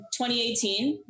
2018